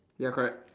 ya correct